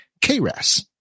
KRAS